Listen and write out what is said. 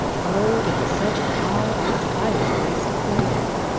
oh, it was such an odd, exciting place to play in!